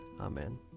Amen